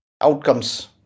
outcomes